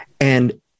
and-